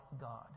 God